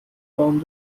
form